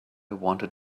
wanted